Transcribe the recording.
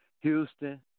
Houston